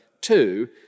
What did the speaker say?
two